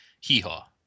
Hee-Haw